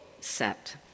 set